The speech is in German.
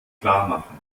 klarmachen